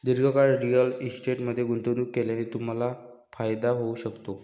दीर्घकाळ रिअल इस्टेटमध्ये गुंतवणूक केल्याने तुम्हाला फायदा होऊ शकतो